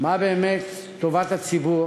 מה באמת טובת הציבור,